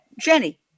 Jenny